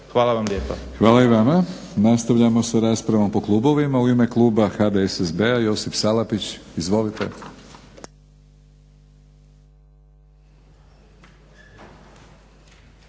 Hvala vam lijepa. **Batinić, Milorad (HNS)** Nastavljamo sa raspravom po klubovima. U ime Kluba HDSSB-a Josip Salapić. Izvolite.